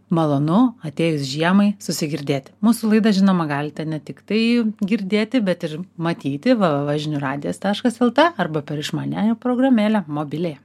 malonu atėjus žiemai susigirdėti mūsų laidą žinoma galite ne tik tai girdėti bet ir matyti v v v žinių radijas taškas lt arba per išmaniąją programėlę mobili